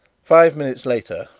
five minutes later,